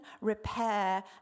repair